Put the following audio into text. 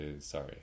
sorry